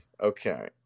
Okay